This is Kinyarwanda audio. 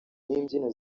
n’imbyino